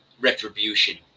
retribution